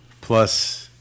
Plus